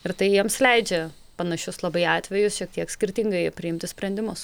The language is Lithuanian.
ir tai jiems leidžia panašius labai atvejus šiek tiek skirtingai priimti sprendimus